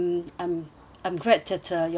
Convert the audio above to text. I'm glad that uh your family